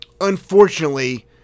unfortunately